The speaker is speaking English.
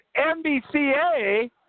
NBCA